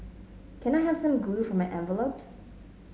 can I have some glue for my envelopes